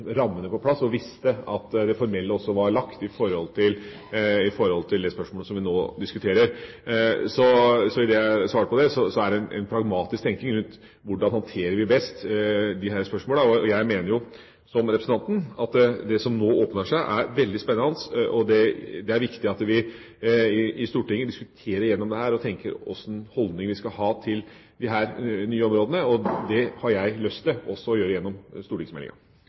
rammene på plass og visste at det formelle også var lagt når det gjelder det spørsmålet vi nå diskuterer. Så det jeg har som svar på det, er en pragmatisk tenkning rundt hvordan vi best håndterer disse spørsmålene. Jeg mener, som representanten Meling, at det som nå skjer, er veldig spennende, og det er viktig at vi i Stortinget diskuterer dette igjennom og tenker gjennom hvilken holdning vi skal ha til disse nye områdene. Det har jeg også lyst til å gjøre gjennom stortingsmeldinga.